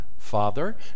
Father